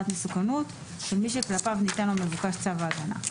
מסוכנות של מי שכלפיו ניתן או מבוקש צו ההגנה,